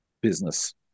business